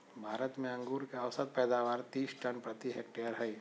भारत में अंगूर के औसत पैदावार तीस टन प्रति हेक्टेयर हइ